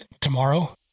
Tomorrow